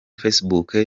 facebook